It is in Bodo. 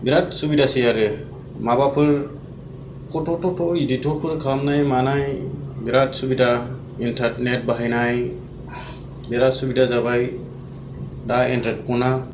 बिराद सुबिदासै आरो माबाफोर फट' टट' इदिटरफोर खालामनाय मानाय बिराद सुबिदा इन्टारनेट बाहायनाय बिराद सुबिदा जाबाय दा एनड्रयद फ'ना